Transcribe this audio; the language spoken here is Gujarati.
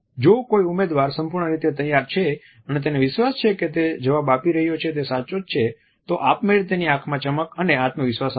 જો કોઈ ઉમેદવાર સંપૂર્ણ રીતે તૈયાર છે અને તેને વિશ્વાસ છે કે તે જે જવાબ આપી રહ્યા છે તે સાચો છે તો આપમેળે તેની આંખોમાં ચમક અને આત્મવિશ્વાસ આવશે